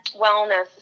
wellness